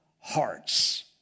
hearts